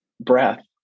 breath